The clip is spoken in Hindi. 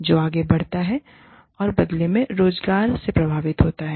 जो आगे बढ़ता है और बदले में रोज़गार से प्रभावित होता है